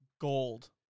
Gold